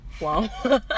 Wow